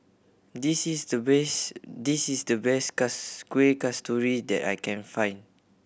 this is the best this is the best Kuih Kasturi that I can find